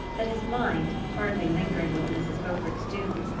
that his mind, hardly lingering over mrs. beaufort's doom,